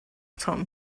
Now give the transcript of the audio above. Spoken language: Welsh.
tom